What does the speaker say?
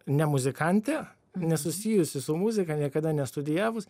ne muzikantė nesusijusi su muzika niekada nestudijavus